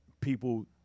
People –